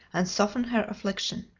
and soften her affliction.